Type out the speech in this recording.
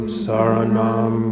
saranam